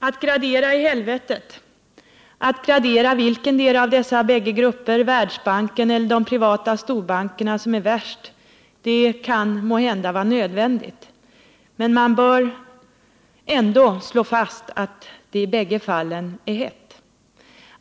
Att gradera graderna i helvetet, att som i det här fallet gradera olägenheterna och avgöra vilkendera av dessa bägge grupper — Världsbanken eller de privata storbankerna — som är värst kan måhända vara nödvändigt, men man bör ändå slå fast att det i bägge fallen är hett.